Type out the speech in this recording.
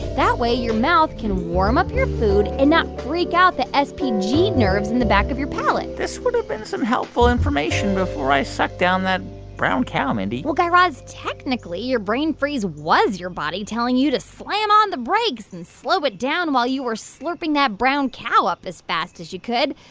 that way, your mouth can warm up your food and not freak out the spg nerves in the back of your palate this would've been some helpful information before i sucked down that brown cow, mindy well, guy raz, technically, your brain freeze was your body telling you to slam on the brakes and slow it down while you were slurping that brown cow up as fast as you could.